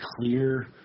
clear